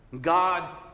God